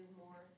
more